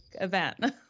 event